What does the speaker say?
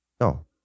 No